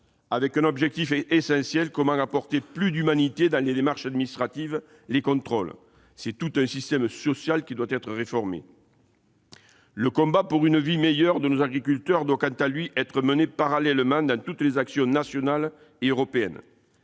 avec un objectif essentiel : comment introduire plus d'humanité dans les démarches administratives et les contrôles ? C'est tout un système social qui doit-être réformé. Le combat pour une vie meilleure pour nos agriculteurs doit être mené parallèlement au travers de toutes les actions nationales et européennes.